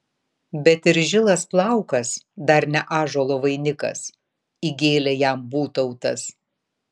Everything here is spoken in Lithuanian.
bet ir žilas plaukas dar ne ąžuolo vainikas įgėlė jam būtautas